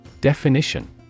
Definition